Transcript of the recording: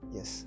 Yes